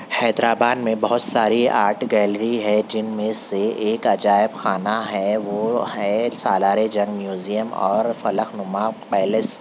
حیدرآباد میں بہت ساری آرٹ گیلری ہے جن میں سے ایک عجائب خانہ ہے وہ ہے سالارے جنگ میوزیم اور فلق نماں پیلیس